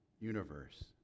universe